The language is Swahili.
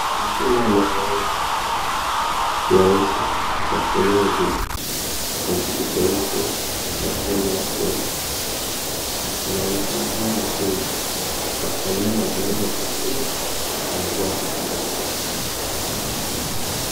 Mashine ya mazoezi nyeusi ya kuinua uzito yenye kiti cheusi na fremu ya chuma, inaonekana kama mashine ya kufanyia mazoezi ya kifua na mgongo.